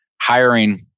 hiring